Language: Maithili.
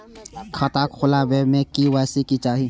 खाता खोला बे में के.वाई.सी के चाहि?